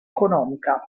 economica